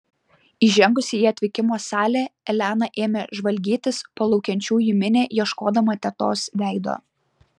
įžengusi į atvykimo salę elena ėmė žvalgytis po laukiančiųjų minią ieškodama tetos veido